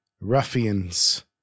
Ruffians